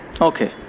Okay